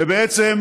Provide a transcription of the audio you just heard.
שבעצם,